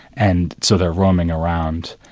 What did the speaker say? and so they're roaming around.